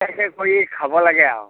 কৰি খাব লাগে আৰু